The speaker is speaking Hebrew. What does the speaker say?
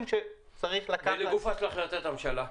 שצריך לקחת --- ולגופה של החלטת הממשלה?